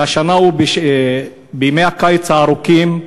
והשנה הוא בימי הקיץ הארוכים,